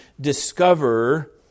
discover